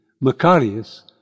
Macarius